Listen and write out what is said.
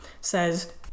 says